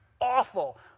awful